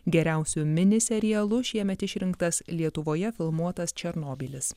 geriausiu mini serialu šiemet išrinktas lietuvoje filmuotas černobylis